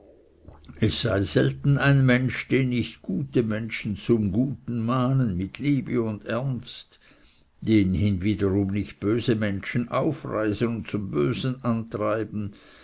es sei selten ein mensch den nicht gute menschen zum guten mahnen mit liebe und ernst den hin wiederum nicht böse menschen aufreisen und zum bösen antreiben